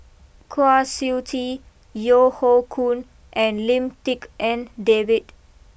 Kwa Siew Tee Yeo Hoe Koon and Lim Tik En David